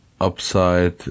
upside